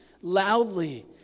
loudly